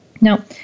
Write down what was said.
Now